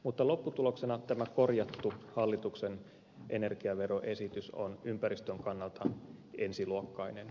mutta lopputuloksena tämä korjattu hallituksen energiaveroesitys on ympäristön kannalta ensiluokkainen